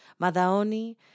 Madaoni